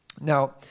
Now